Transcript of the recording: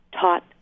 taught